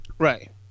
Right